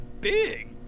big